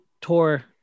tour